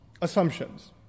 assumptions